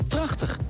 Prachtig